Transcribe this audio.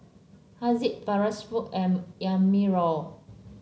Haziq Sharifah and Amirul